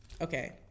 Okay